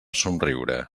somriure